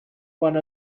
one